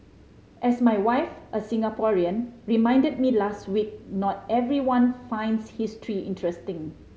as my wife a Singaporean reminded me last week not everyone finds history interesting